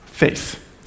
faith